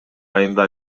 айында